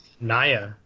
Naya